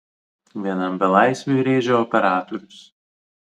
vienam belaisviui rėžia operatorius